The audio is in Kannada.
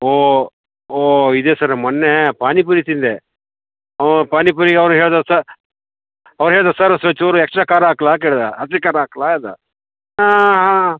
ಓ ಓ ಇದೆ ಸರ್ ಮೊನ್ನೆ ಪಾನಿಪುರಿ ತಿಂದೆ ಓ ಪಾನಿಪೂರಿಗೆ ಅವ್ರು ಹೇಳಿದ ಸರ್ ಅವ್ರು ಹೇಳಿದ ಸರ್ ಸು ಚೂರು ಎಕ್ಸ್ಟ್ರಾ ಖಾರ ಹಾಕಲಾ ಕೇಳಿದ ಹಸಿ ಖಾರ ಹಾಕಲಾ ಅಂದ ಹಾಂ